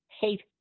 hate